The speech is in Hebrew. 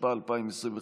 התשפ"א 2021,